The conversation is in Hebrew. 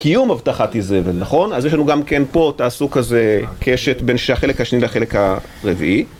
קיום הבטחת איזבל, נכון? אז יש לנו גם כן, פה, תעשו כזה קשת בין החלק השני לחלק הרביעי.